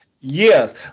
Yes